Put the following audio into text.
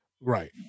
Right